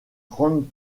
grande